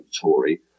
Tory